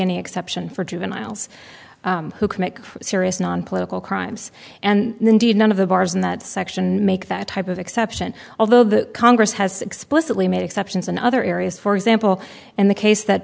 any exception for juveniles who commit serious nonpolitical crimes and indeed none of the bars in that section make that type of exception although the congress has explicitly made exceptions in other areas for example and the case that